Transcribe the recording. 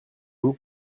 vous